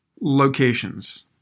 locations